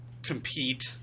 compete